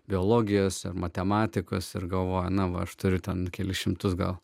biologijos ar matematikos ir galvoju na va aš turiu ten kelis šimtus gal